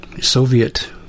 Soviet